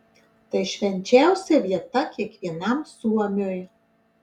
tai švenčiausia vieta kiekvienam suomiui